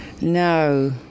No